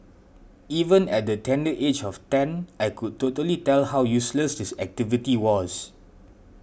even at the tender age of ten I could totally tell how useless this activity was